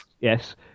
yes